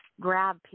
grab